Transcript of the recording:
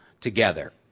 together